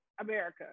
America